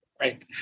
Right